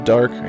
Dark